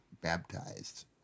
baptized